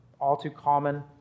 all-too-common